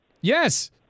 Yes